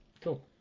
cool